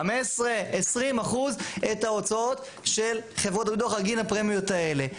ב-15%-20% את ההוצאות של חברות הביטוח בגין הפרמיות האלה.